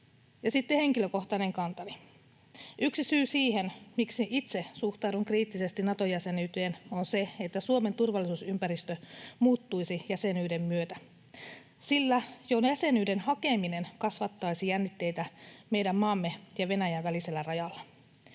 Ja sitten henkilökohtainen kantani: Yksi syy siihen, miksi itse suhtaudun kriittisesti Nato-jäsenyyteen, on se, että Suomen turvallisuusympäristö muuttuisi jäsenyyden myötä, sillä jo jäsenyyden hakeminen kasvattaisi jännitteitä meidän maamme ja Venäjän välisellä rajalla.